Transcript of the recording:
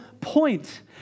point